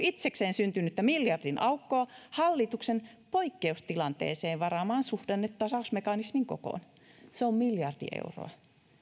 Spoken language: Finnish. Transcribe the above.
itsekseen syntynyttä miljardin aukkoa hallituksen poikkeustilanteeseen varaaman suhdannetasausmekanismin kokoon se on miljardi euroa